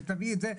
ואת זה,